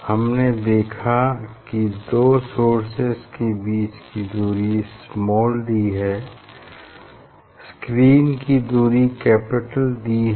हमने देखा कि दो सोर्सेज के बीच की दूरी स्माल डी है स्क्रीन की दूरी कैपिटल डी है